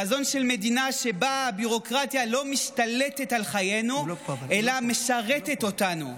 חזון של מדינה שבה הביורוקרטיה לא משתלטת על חיינו אלא משרתת אותנו,